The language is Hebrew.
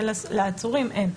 ולעצורים אין.